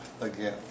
again